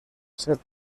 ser